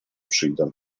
przyjdą